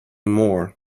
more